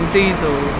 diesel